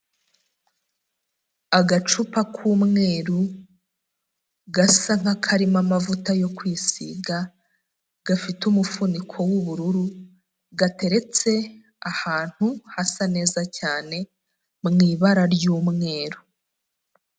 Agacupa k'umweru gasa nk'akarimo amavuta yo kwisiga, gafite umufuniko w'ubururu, gateretse ahantu hasa neza cyane mu ibara ry'umweru.